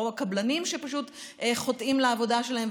או שיש קבלנים שפשוט חוטאים לעבודה שלהם.